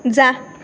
जा